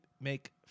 make